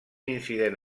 incident